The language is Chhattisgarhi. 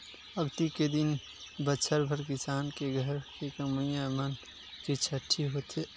अक्ती के दिन बछर भर किसान के घर के कमइया मन के छुट्टी होथे